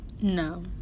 No